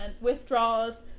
withdraws